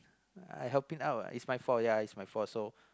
I helping out what it's my fault ya it's my fault so